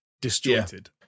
disjointed